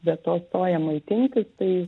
be to stoja maitintis tai